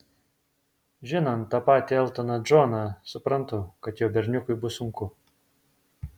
žinant tą patį eltoną džoną suprantu kad jo berniukui bus sunku